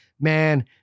man